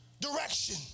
direction